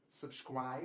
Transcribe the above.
subscribe